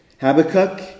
Habakkuk